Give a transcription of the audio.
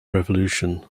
revolution